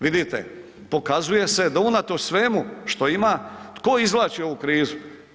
Vidite, pokazuje se da unatoč svemu što ima, tko izvlači ovu krizu?